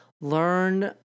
learn